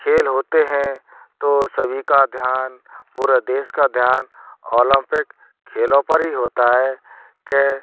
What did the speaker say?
खेल होते हैं तो सभी का ध्यान पूरे देश का ध्यान ओलम्पिक खेलों पर ही होता है के